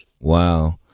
Wow